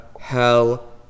hell